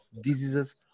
diseases